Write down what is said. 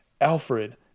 Alfred